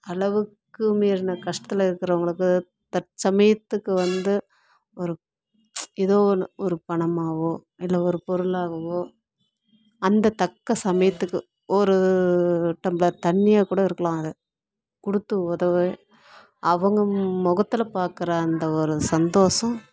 அளவுக்கு மீறுன கஷ்டத்தில் இருக்கிறவங்களுக்கு தற்சமயத்துக்கு வந்து ஒரு எதோ ஒன்று ஒரு பணமாவோ இல்லை ஒரு பொருளாகவோ அந்த தக்க சமயத்துக்கு ஒரு டம்ளர் தண்ணியாக்கூட இருக்கலாம் அது கொடுத்து உதவ அவங்க முகத்தில் பார்க்குற அந்த ஒரு சந்தோஷம்